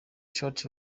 short